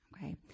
Okay